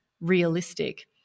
realistic